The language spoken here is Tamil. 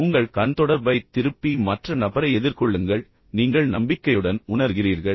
எனவே உங்கள் கண் தொடர்பைத் திருப்பி மற்ற நபரை எதிர்கொள்ளுங்கள் இதனால் நீங்கள் நம்பிக்கையுடன் உணர்கிறீர்கள்